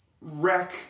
wreck